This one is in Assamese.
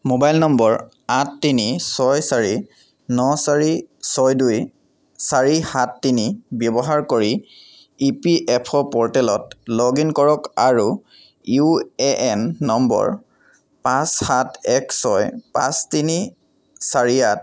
ম'বাইল নম্বৰ আঠ তিনি ছয় চাৰি ন চাৰি ছয় দুই চাৰি সাত তিনি ব্যৱহাৰ কৰি ই পি এফ অ' প'ৰ্টেলত লগ ইন কৰক আৰু ইউ এ এন নম্বৰ পাঁচ সাত এক ছয় পাঁচ তিনি চাৰি আঠ